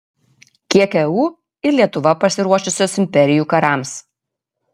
kiek eu ir lietuva pasiruošusios imperijų karams